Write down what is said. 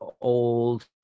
old